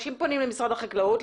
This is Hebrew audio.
למשרד החקלאות,